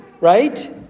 right